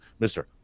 Mr